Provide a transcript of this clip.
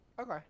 Okay